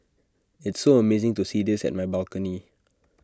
it's so amazing to see this at my balcony